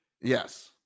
Yes